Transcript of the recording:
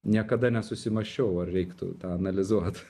niekada nesusimąsčiau ar reiktų tą analizuot